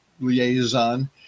liaison